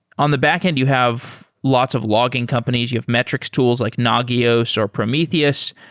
on the backend, you have lots of logging companies. you have metrics tools like nagios or prometheus.